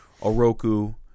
Oroku